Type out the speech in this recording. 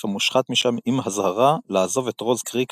המושחת משם עם אזהרה לעזוב את רוז קריק לבדו.